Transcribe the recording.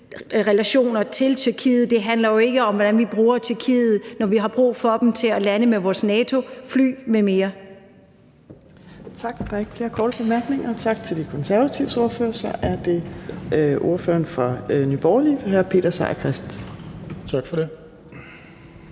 relationer til Tyrkiet, det handler jo ikke om, hvordan vi bruger Tyrkiet, når vi har brug for dem til at lande med vores NATO-fly m.m. Kl. 14:30 Fjerde næstformand (Trine Torp): Der er ikke flere korte bemærkninger. Tak til De Konservatives ordfører. Så er det ordføreren for Nye Borgerlige, hr. Peter Seier Christensen.